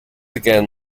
again